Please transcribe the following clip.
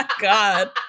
god